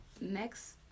next